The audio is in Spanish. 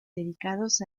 dedicados